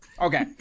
Okay